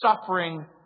suffering